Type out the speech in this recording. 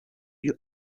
you